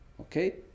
Okay